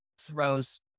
throws